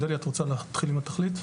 אודליה תתחיל עם התכלית.